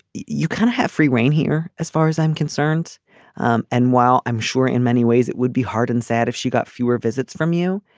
you kind of have free reign here as far as i'm concerned um and while i'm sure in many ways it would be hard and sad if she got fewer visits from you.